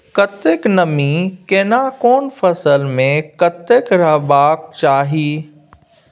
कतेक नमी केना कोन फसल मे कतेक रहबाक चाही?